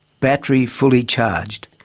battery fully charged.